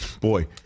Boy